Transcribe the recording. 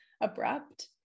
abrupt